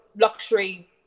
luxury